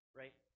right